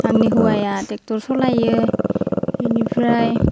आंनि हौवाया ट्रेक्टर सलायो इनिफ्राय